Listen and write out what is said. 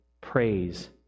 praise